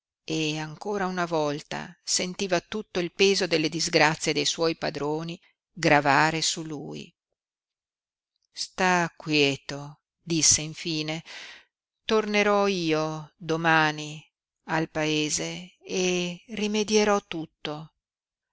e ancora una volta sentiva tutto il peso delle disgrazie dei suoi padroni gravare su lui sta quieto disse infine tornerò io domani al paese e rimedierò tutto